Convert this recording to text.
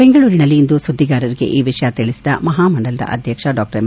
ಬೆಂಗಳೂರಿನಲ್ಲಿಂದು ಸುದ್ದಿಗಾರರಿಗೆ ಈ ವಿಷಯ ತಿಳಿಸಿದ ಮಹಾಪಮಂಡಲದ ಅಧ್ಯಕ್ಷ ಡಾ ಎಂ